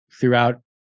throughout